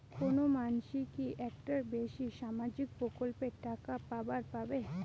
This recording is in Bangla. কোনো মানসি কি একটার বেশি সামাজিক প্রকল্পের টাকা পাবার পারে?